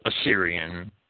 Assyrian